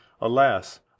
Alas